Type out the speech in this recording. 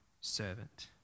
servant